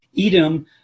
Edom